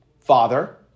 father